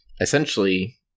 essentially